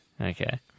Okay